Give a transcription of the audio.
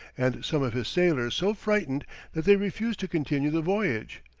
and some of his sailors so frightened that they refused to continue the voyage,